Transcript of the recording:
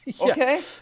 Okay